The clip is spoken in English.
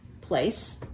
place